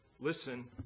listen